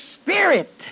spirit